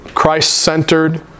Christ-centered